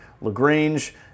Lagrange